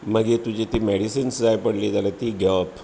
मागीर तुजीं तीं मॅडिसिन्स जाय पडली जाल्यार तीं घेवप